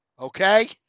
okay